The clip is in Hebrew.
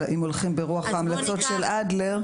אם הולכים ברוח ההמלצות של אדלר,